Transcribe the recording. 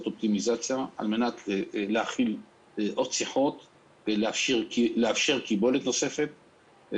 בהם אופטימיזציה כדי להכיל עוד שיחות ולאפשר קיבולת נוספת.